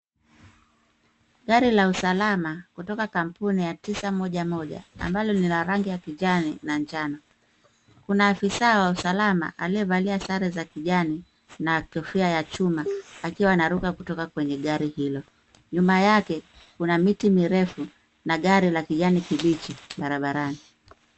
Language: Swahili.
Gari la usalama kutoka kampuni ya tisa moja moja, ambalo lina rangi ya kijani na njano. Kuna afisa wa usalama aliyevalia sare za kijani na kofia ya chuma akiwa anaruka kutoka kwenye gari hilo. Nyuma yake, kuna miti mirefu na gari la kijani kibichi barabarani.